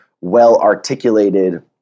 well-articulated